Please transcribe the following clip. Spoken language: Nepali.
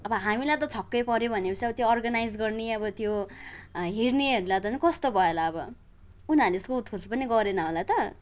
अब हामीलाई त छक्कै पऱ्यो भने पछि त्यो अर्गनाइज गर्ने अब त्यो हेर्नेहरूलाई त झन कस्तो भयो होला अब उनाीहरू सोधखोज पनि गरेन होला त